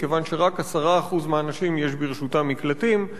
מכיוון שרק 10% מהאנשים יש ברשותם מקלטים.